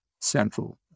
central